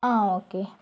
ആ ഓക്കേ